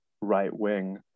right-wing